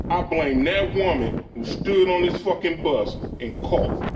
i blame no woman who stood on this fucking bus in court.